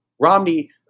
Romney